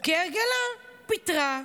וכהרגלה פיטרה.